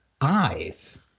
eyes